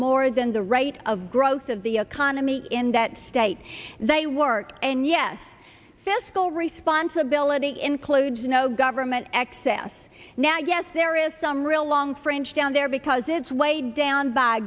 more than the rate of growth of the economy in that state they work and yes fiscal responsibility includes no government access now yes there is some real long french down there because it's weighed down by